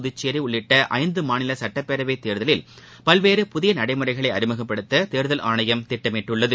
புதுச்சேரிடள்ளிட்டஐந்துமாநிலசட்டப்பேரவைத் தேர்தலில் பல்வேறு தமிழகம் புதியநடைமுறைகளைஅறிமுகப்படுத்ததேர்தல் ஆணையம் திட்டமிட்டுள்ளது